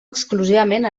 exclusivament